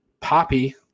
Poppy